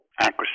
accuracy